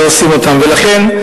לכן,